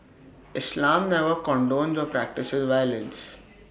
islam never condones or practises violence